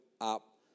up